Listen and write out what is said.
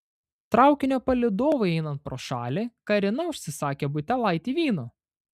traukinio palydovui einant pro šalį karina užsisakė butelaitį vyno